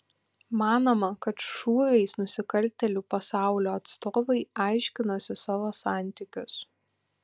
manoma kad šūviais nusikaltėlių pasaulio atstovai aiškinosi savo santykius